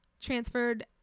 transferred